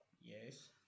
Yes